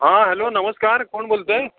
हां हॅलो नमस्कार कोण बोलत आहे